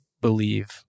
believe